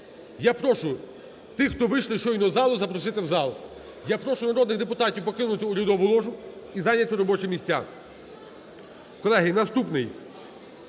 Я прошу тих, хто вийшли щойно із залу, запросити в зал. Я прошу народних депутатів покинути урядову ложу і зайняти робочі місця. Колеги, наступний